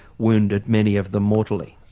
wounded, many of them mortally?